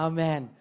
Amen